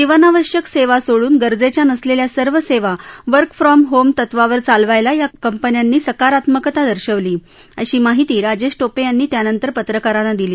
जीवनावश्यक सेवा सोडून गरजेच्या नसलेल्या सर्व सेवा वर्क फ्रॉम होम तत्त्वावर चालवायला या कंपन्यांनी सकारात्मकता दर्शवली अशी माहिती राजेश टोपे यांनी त्यानंतर पत्रकारांना दिली